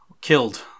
killed